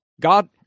God